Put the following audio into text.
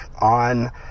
on